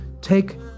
take